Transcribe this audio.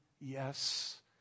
yes